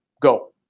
Go